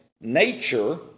nature